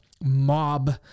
mob